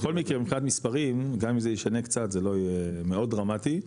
בכל מקרה מבחינת מספרים גם אם זה ישנה קצת זה לא יהיה מאוד דרמטי,